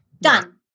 Done